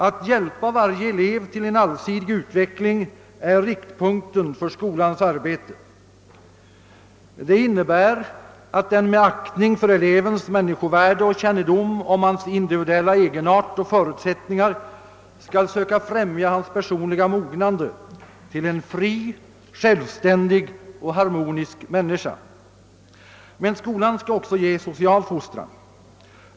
Att hjälpa varje elev till en allsidig utveckling är riktpunkten för skolans arbete. Det innebär att den med aktning för elevens människovärde och kännedom om hans individuella egenart och förutsättningar skall söka främja hans personliga mognande till en fri, självständig och harmonisk människa. Men skolan skall också ge social fostran.